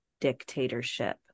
dictatorship